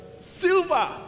Silver